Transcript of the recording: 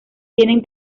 tienen